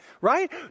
right